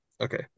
Okay